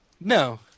no